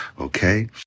okay